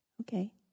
Okay